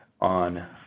on